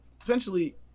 Essentially